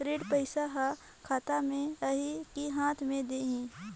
ऋण पइसा हर खाता मे आही की हाथ मे देही?